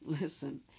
Listen